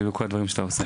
ולכל הדברים שאתה עושה.